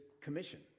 commission